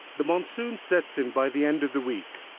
the monsoon sets in by the end of the week.